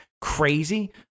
crazy